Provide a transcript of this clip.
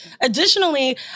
Additionally